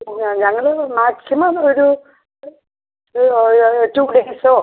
ഞാൻ ഞങ്ങൾ മാക്സിമം ഒരു ഒരു ടു ഡേയ്സോ